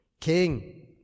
King